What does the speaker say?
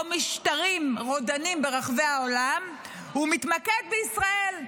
משטרים רודניים ברחבי העולם הוא מתמקד בישראל,